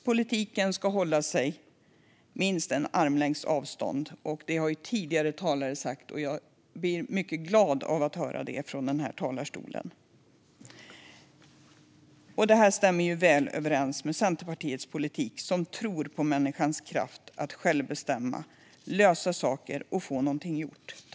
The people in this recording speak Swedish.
Politiken ska hålla minst armlängds avstånd. Det har tidigare talare också sagt. Jag blir mycket glad att höra det från talarstolen. Det stämmer väl överens med Centerpartiets politik. Vi tror på människans kraft att själv bestämma, lösa saker och få någonting gjort.